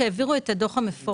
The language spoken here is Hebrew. עת העבירו את הדוח המפורט,